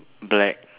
black